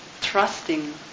trusting